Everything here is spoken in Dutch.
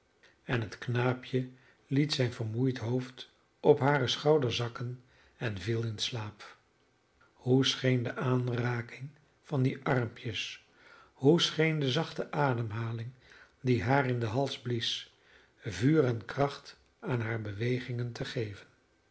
en het knaapje liet zijn vermoeid hoofd op haren schouder zakken en viel in slaap hoe scheen de aanraking van die armpjes hoe scheen de zachte ademhaling die haar in den hals blies vuur en kracht aan haar bewegingen te geven